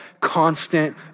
constant